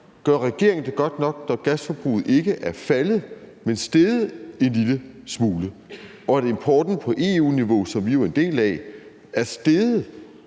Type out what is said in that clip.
Gør regeringen det godt nok, når gasforbruget ikke er faldet, men steget en lille smule, og når importen på EU-niveau, som vi jo er en del af, er steget